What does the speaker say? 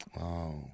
wow